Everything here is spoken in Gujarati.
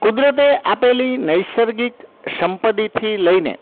કુદરતે આપેલી નૈસર્ગિક સંપત્તિથી લઈને